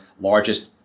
largest